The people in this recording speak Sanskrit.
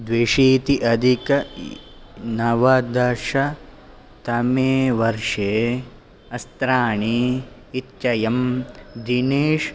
द्व्यशीति अधिकनवदशतमे वर्षे अस्त्राणी इत्ययं दिनेश्